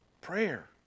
prayer